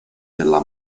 della